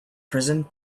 prison